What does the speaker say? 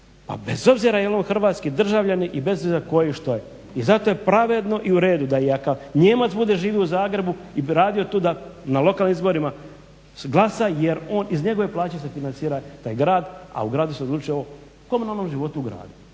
bez obzira je li on hrvatski državljanin i bez obzira tko je i što je. I zato je pravedno i u redu da i ako Nijemac bude živio u Zagrebu i radio tu da na lokalnim izborima glasa jer on, iz njegove plaće se financira taj grad, a u gradu se odlučuje o komunalnom životu u gradu.